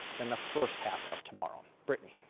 and the first half of tomorrow.